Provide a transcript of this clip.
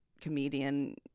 comedian